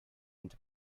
into